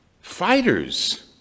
fighters